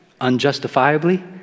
unjustifiably